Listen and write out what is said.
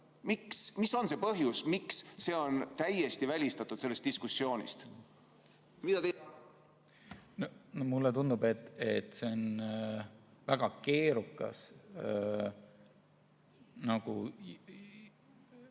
Mis on see põhjus, miks see on täiesti välistatud selles diskussioonis? Mulle tundub, et see on väga keerukas.